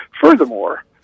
furthermore